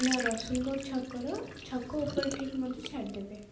ନା ରସୁଲଗଡ଼ ଛକର ଛକ ଉପରେ ଠିକ୍ ମତେ ଛାଡ଼ିଦେବେ